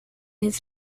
his